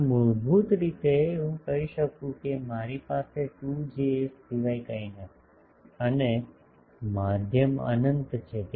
તેથી મૂળભૂત રીતે હું કહી શકું છું કે મારી પાસે 2Js સિવાય કંઈ નથી અને માધ્યમ અનંત છે